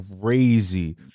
crazy